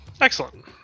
excellent